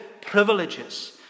privileges